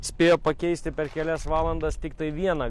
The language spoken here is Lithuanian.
spėjo pakeisti per kelias valandas tiktai vieną